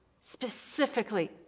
specifically